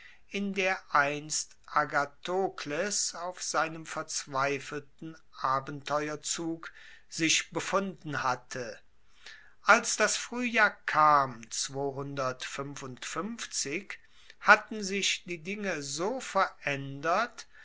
in der einst agathokles auf seinem verzweifelten abenteurerzug sich befunden hatte als das fruehjahr kam hatten sich die dinge schon so veraendert